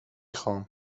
خوام